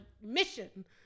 mission